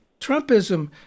Trumpism